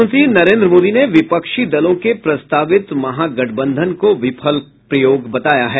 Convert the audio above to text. प्रधानमंत्री नरेन्द्र मोदी ने विपक्षी दलों के प्रस्तावित महागठबंधन को विफल प्रयोग बताया है